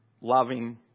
loving